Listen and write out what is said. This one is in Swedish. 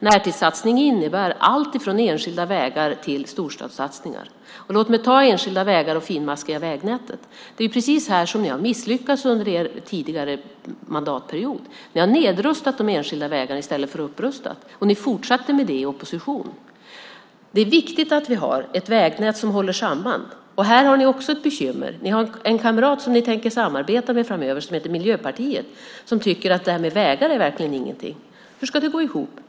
Närtidssatsningen innebär alltifrån enskilda vägar till storstadssatsningar. Låt mig ta upp enskilda vägar och det finmaskiga vägnätet. Det är precis där som ni har misslyckats under er tidigare mandatperiod. Ni har nedrustat de enskilda vägarna i stället för att upprusta, och ni fortsatte med det i opposition. Det är viktigt att vi har ett vägnät som håller samman. Här har ni också ett bekymmer. Ni har en kamrat som ni tänker samarbeta med framöver som heter Miljöpartiet och som tycker att vägar verkligen inte är något. Hur ska det gå ihop?